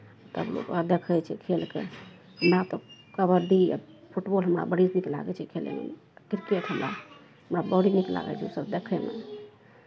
तब लोक ओकरा देखै छै खेलकेँ हमरा तऽ कबड्डी आ फुटबॉल हमरा बड़ी नीक लागै छै खेलयमे क्रिकेट हमरा हमरा बड़ नीक लागै छै ओसभ देखयमे